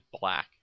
black